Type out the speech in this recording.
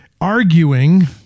Arguing